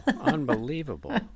unbelievable